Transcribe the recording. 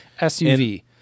SUV